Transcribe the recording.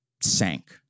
sank